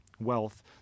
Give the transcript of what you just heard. wealth